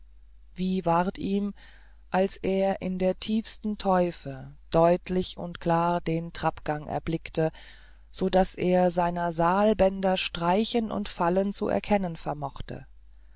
wie ward ihm als er in der tiefsten teufe deutlich und klar den trappgang erblickte so daß er seiner salbänder streichen und fallen zu erkennen vermochte